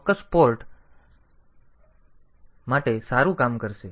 તેથી આ ચોક્કસ પોર્ટ માટે સારું કામ કરશે